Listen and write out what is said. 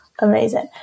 Amazing